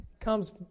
comes